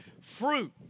fruit